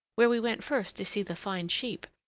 where we went first to see the fine sheep.